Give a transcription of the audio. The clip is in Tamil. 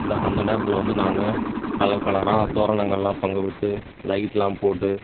அந்த அந்த நேரத்தில் வந்து நாங்கள் கலர் கலராக தோரணங்கள்லாம் தொங்க விட்டு லைட்லாம் போட்டு